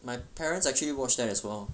my parents actually watch them as well